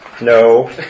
No